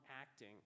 acting